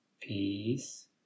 peace